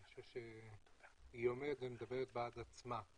אני חושב שהיא עומדת ומדברת בעד עצמה.